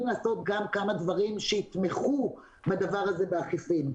לעשות גם כמה דברים שיתמכו בדבר הזה בעקיפין.